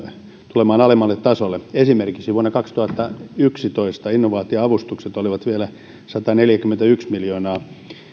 tulemaan alemmalle tasolle esimerkiksi vuonna kaksituhattayksitoista innovaatioavustukset olivat vielä sataneljäkymmentäyksi miljoonaa